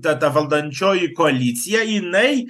tada valdančioji koalicija jinai